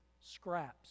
scraps